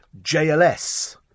JLS